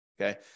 Okay